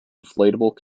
inflatable